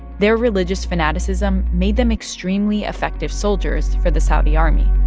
their religious fanaticism made them extremely effective soldiers for the saudi army.